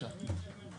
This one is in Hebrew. מי נמנע?